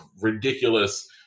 ridiculous –